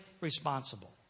responsible